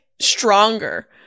stronger